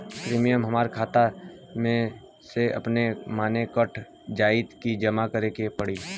Premium हमरा खाता से अपने माने कट जाई की जमा करे के पड़ी?